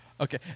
okay